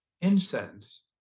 incense